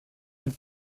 une